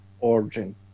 origin